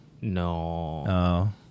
No